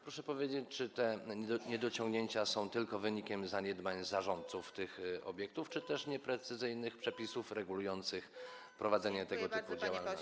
Proszę powiedzieć, czy te niedociągnięcia są tylko wynikiem zaniedbań zarządców tych obiektów czy też nieprecyzyjnych przepisów regulujących prowadzenie tego typu działalności?